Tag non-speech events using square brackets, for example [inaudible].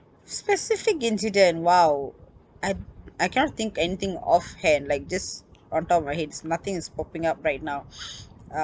specific incident !wow! I I cannot think anything off hand like just on top of my head nothing is popping up right now [noise]